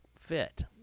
fit